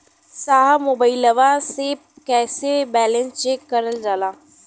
साहब मोबइलवा से कईसे बैलेंस चेक करल जाला?